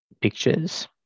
pictures